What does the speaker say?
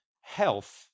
health